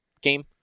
game